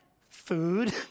food